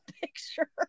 picture